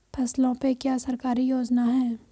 फसलों पे क्या सरकारी योजना है?